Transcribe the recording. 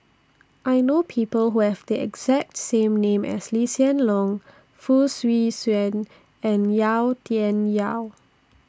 I know People Who Have The exacts same name as Lee Hsien Loong Fong Swee Suan and Yau Tian Yau